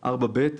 "4ב.